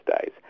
days